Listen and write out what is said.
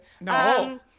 No